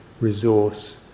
resource